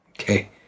Okay